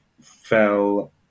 fell